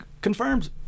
confirmed